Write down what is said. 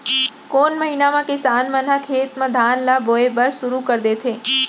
कोन महीना मा किसान मन ह खेत म धान ला बोये बर शुरू कर देथे?